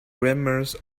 grammars